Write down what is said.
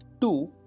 Two